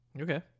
okay